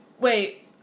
Wait